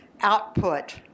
output